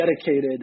dedicated